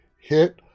hit